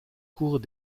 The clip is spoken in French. court